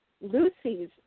Lucy's